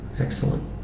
Excellent